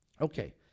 okay